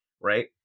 right